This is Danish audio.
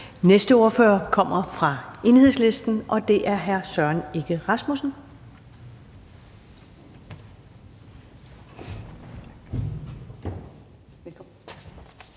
næste ordfører kommer fra Enhedslisten, og det er hr. Søren Egge Rasmussen.